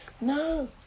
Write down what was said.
No